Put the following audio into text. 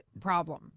problem